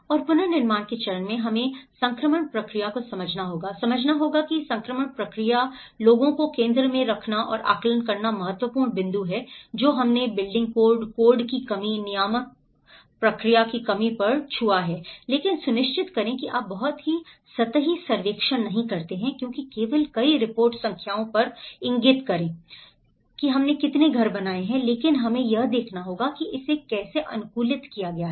और पुनर्निर्माण के चरण में हमें संक्रमण प्रक्रिया को समझना होगा समझना होगा संक्रमण प्रक्रिया लोगों को केंद्र में रखना और आकलन करना महत्वपूर्ण बिंदु हैं जो हमने बिल्डिंग कोड कोड की कमी नियामक प्रक्रिया की कमी पर छुआ है लेकिन सुनिश्चित करें कि आप बहुत ही सतही सर्वेक्षण नहीं करते हैं क्योंकि केवल कई रिपोर्ट संख्याओं पर इंगित करें हमने कितने घर बनाए हैं लेकिन हमें यह देखना होगा कि इसे कैसे अनुकूलित किया गया है